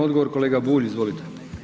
Odgovor kolega Bulj, izvolite.